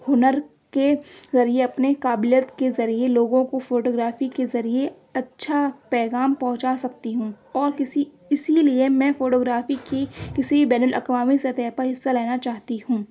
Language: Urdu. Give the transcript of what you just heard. ہنر کے ذریعے اپنی قابلیت کے ذریعے لوگوں کو فوٹو گرافی کے ذریعے اچھا پیغام پہنچا سکتی ہوں اور کسی اسی لیے میں فوٹو گرافی کی کسی بین الاقوامی سطح پر حصہ لینا چاہتی ہوں